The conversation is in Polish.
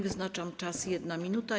Wyznaczam czas - 1 minuta.